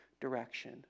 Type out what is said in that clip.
direction